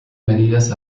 medidas